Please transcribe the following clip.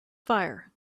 fire